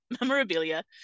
memorabilia